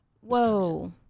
Whoa